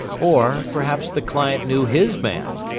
or, perhaps the client knew his man,